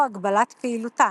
או הגבלת פעילותן.